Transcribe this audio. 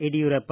Yediyurappa